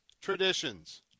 traditions